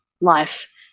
life